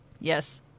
Yes